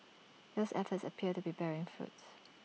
those efforts appear to be bearing fruit